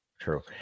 True